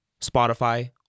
Spotify